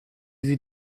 sie